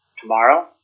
tomorrow